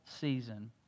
season